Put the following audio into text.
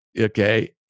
Okay